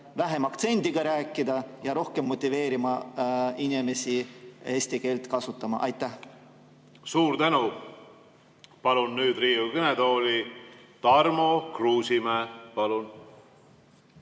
vähem aktsendiga rääkida ja rohkem motiveerida inimesi eesti keelt kasutama. Aitäh! Suur tänu! Palun nüüd Riigikogu kõnetooli Tarmo Kruusimäe. Palun!